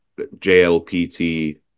JLPT